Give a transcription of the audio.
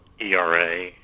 ERA